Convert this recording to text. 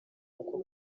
uko